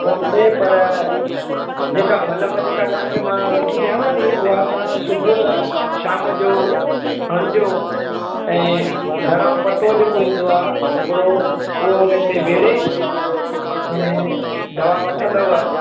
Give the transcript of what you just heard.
phone ते पर जेका मल्हम जेका तव्हांखे मां लिखी ॾेयांव नी उहा तव्हां सुबुह शाम जो हणिजो ऐं गरम पटो जेको ईंदो आहे कपिड़ो उहो उनते वेड़े ऐं दवा वठंदव